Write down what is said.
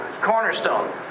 Cornerstone